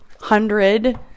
hundred